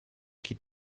kid